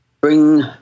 bring